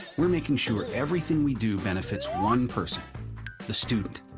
we're making sure everything we do benefits one person the student.